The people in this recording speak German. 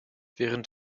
während